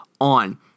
on